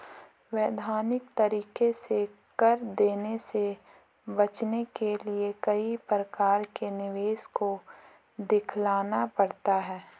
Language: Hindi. वैधानिक तरीके से कर देने से बचने के लिए कई प्रकार के निवेश को दिखलाना पड़ता है